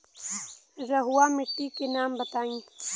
रहुआ माटी के नाम बताई?